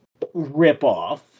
ripoff